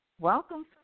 welcome